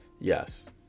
yes